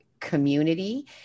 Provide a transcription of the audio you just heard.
community